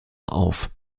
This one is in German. auf